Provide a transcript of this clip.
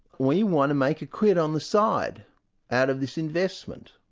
we want to make a quid on the side out of this investment.